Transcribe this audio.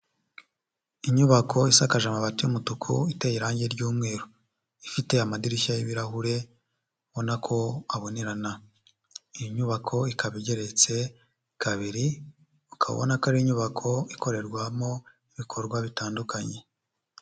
Inyubako isakaje amabati y'umutuku iteye irangi ry'umweru, ifite amadirishya y'ibirahure ubona ko abonerana, iyi nyubako ikaba igeretse kabiri ukabona ko ari inyubako ikorerwamo ibikorwa bitandukanye.